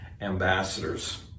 ambassadors